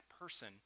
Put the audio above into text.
person